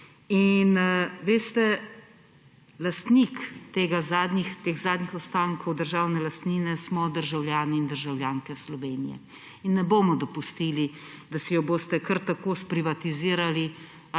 Veste, lastnik teh zadnjih ostankov državne lastine smo državljani in državljanke Slovenije. In ne bomo dopustili, da si jo boste kar tako sprivatizirali